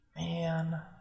man